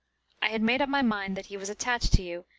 i had made up my mind that he was attached to you,